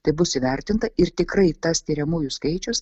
tai bus įvertinta ir tikrai tas tiriamųjų skaičius